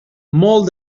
molt